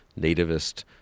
nativist